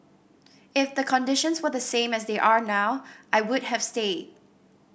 if the conditions were the same as they are now I would have stayed